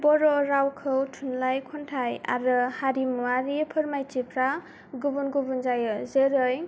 बर' रावखौ थुनलाइ खन्थाइ आरो हारिमुआरि फोरमायथिफ्रा गुबुन गुबुन जायो जोरै